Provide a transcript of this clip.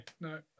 No